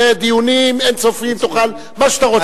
יהיו דיונים אין-סופיים, תוכל מה שאתה רוצה לעשות.